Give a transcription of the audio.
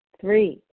Three